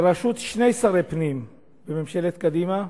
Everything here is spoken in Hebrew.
בראשות שני שרי פנים בממשלת קדימה,